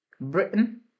Britain